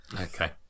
Okay